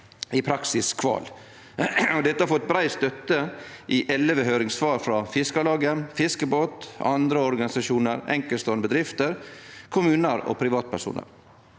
i praksis kval. Dette har fått brei støtte i elleve høyringssvar frå Fiskarlaget, Fiskebåt, andre organisasjonar, enkeltståande bedrifter, kommunar og privatpersonar.